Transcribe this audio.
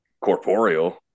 corporeal